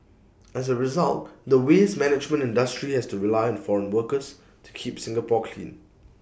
as A result the waste management industry has to rely on foreign workers to keep Singapore clean